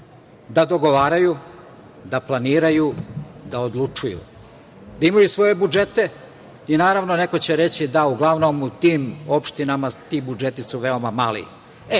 da dogovaraju, da planiraju, da odlučuju, da imaju svoje budžete. Naravno, neko će reći, da uglavnom u tim opštinama ti budžeti su veoma mali.